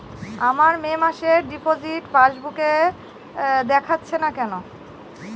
আমার মে মাসের ডিপোজিট পাসবুকে দেখাচ্ছে না কেন?